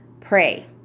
Pray